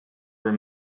were